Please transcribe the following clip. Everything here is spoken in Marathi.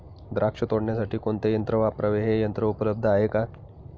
द्राक्ष तोडण्यासाठी कोणते यंत्र वापरावे? हे यंत्र उपलब्ध आहे का?